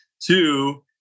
Two